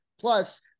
Plus